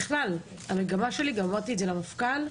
ככלל, המגמה שלי, ואמרתי זאת גם למפכ"ל,